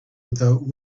without